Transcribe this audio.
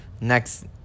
Next